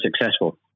successful